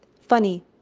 funny